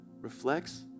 reflects